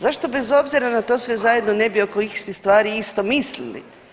Zašto bez obzira na to sve zajedno ne bi oko istih stvari isto mislili?